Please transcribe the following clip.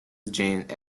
jane